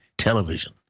television